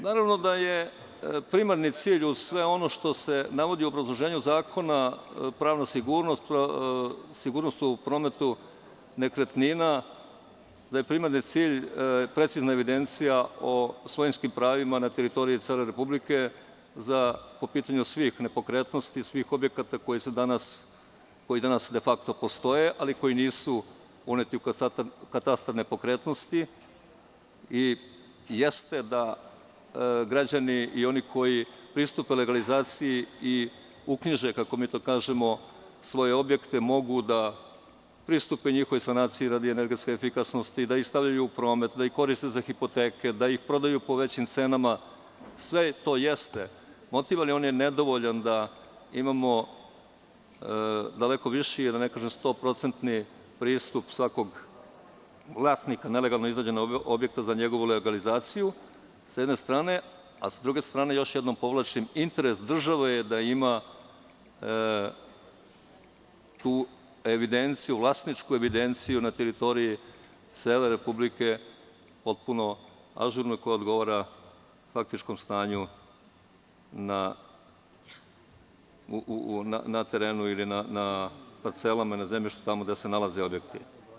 Naravno da je primarni cilj, uz sve ono što se navodi u obrazloženju zakona, pravna sigurnost, sigurnost u prometu nekretnina, da je primarni cilj precizna evidencija o svojinskim pravima na teritoriji cele Republike po pitanju svih nepokretnosti, svih objekata koji danas defakto postoje, ali koji nisu uneti u katastar nepokretnosti i jeste da građani i oni koji pristupe legalizaciji i uknjiže, kako mi to kažemo, svoje objekte, mogu da pristupe njihovoj sanaciji radi energetske efikasnosti, da ih stavljaju u promet, da ih koriste za hipoteke, da ih prodaju po većim cenama, sve to jeste motiv, ali on je nedovoljan da imamo daleko viši, da ne kažem stoprocentni pristup svakog vlasnika nelegalno izgrađenog objekta za njegovu legalizaciju, sa jedne strane, a sa druge strane još jednom podvlačim, interes države je da ima tu evidenciju, vlasničku evidenciju na teritoriji cele Republike, potpuno ažurnu, koja odgovara faktičnom stanju na terenu ili na parcelama, na zemljištu, tamo gde se nalaze objekti.